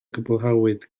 gwblhawyd